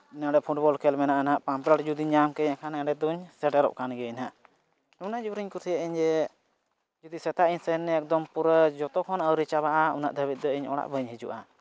ᱱᱚᱰᱮ ᱯᱷᱩᱴᱵᱚᱞ ᱠᱷᱮᱞ ᱢᱮᱱᱟᱜᱼᱟ ᱱᱟᱦᱟᱸᱜ ᱯᱟᱢᱯᱞᱮᱴ ᱡᱩᱫᱤᱧ ᱧᱟᱢ ᱠᱮᱜ ᱟᱹᱧ ᱮᱱᱠᱷᱟᱱ ᱮᱸᱰᱮᱫᱚᱧ ᱥᱮᱴᱮᱨᱚᱜ ᱠᱟᱱ ᱜᱤᱭᱟᱹᱧ ᱱᱟᱦᱟᱸᱜ ᱩᱱᱟᱹᱜ ᱡᱳᱨᱤᱧ ᱠᱩᱥᱤᱭᱟᱜᱼᱟ ᱡᱮ ᱡᱩᱫᱤ ᱥᱮᱛᱟᱜ ᱤᱧ ᱥᱮᱱ ᱱᱟᱹᱧ ᱮᱠᱫᱚᱢ ᱯᱩᱨᱟᱹ ᱡᱚᱛᱚᱠᱷᱚᱱ ᱟᱣᱨᱤ ᱪᱟᱵᱟᱜᱼᱟ ᱩᱱᱟᱹᱜ ᱫᱷᱟᱹᱵᱤᱡ ᱫᱚ ᱤᱧ ᱚᱲᱟᱜ ᱵᱟᱹᱧ ᱦᱤᱡᱩᱜᱼᱟ